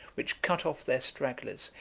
which cut off their stragglers,